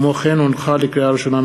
לקריאה ראשונה,